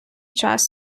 час